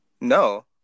No